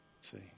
See